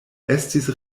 estis